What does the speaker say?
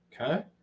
Okay